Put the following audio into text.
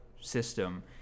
system